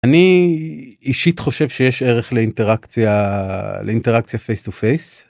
אני אישית חושב שיש ערך לאינטראקציה... לאינטראקציה פייס טו פייס.